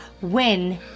win